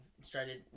started